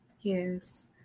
Yes